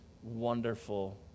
Wonderful